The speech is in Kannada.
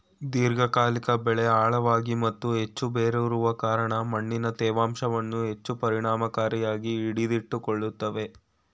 ದೀರ್ಘಕಾಲಿಕ ಬೆಳೆ ಆಳವಾಗಿ ಮತ್ತು ಹೆಚ್ಚು ಬೇರೂರುವ ಕಾರಣ ಮಣ್ಣಿನ ತೇವಾಂಶವನ್ನು ಹೆಚ್ಚು ಪರಿಣಾಮಕಾರಿಯಾಗಿ ಹಿಡಿದಿಟ್ಟುಕೊಳ್ತವೆ